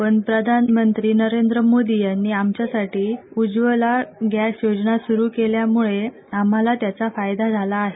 पण प्रधानमंत्री नरेंद्र मोदी यांनी आमच्यासाठी उज्वला गॅस योजना सुरु केल्यामुळे आम्हाला त्याचा फायदा झाला आहे